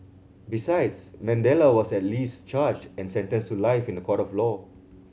besides Mandela was at least charged and sentenced to life in a court of law